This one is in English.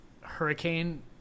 hurricane